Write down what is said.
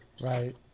Right